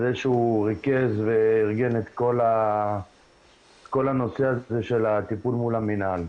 על זה שהוא ריכז וארגן את כל הנושא של הטיפול מול המינהל.